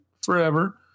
forever